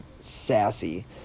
sassy